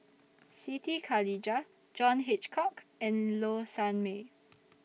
Siti Khalijah John Hitchcock and Low Sanmay